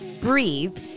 Breathe